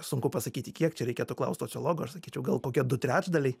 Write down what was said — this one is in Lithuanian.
sunku pasakyti kiek čia reikėtų klaust sociologo aš sakyčiau gal kokie du trečdaliai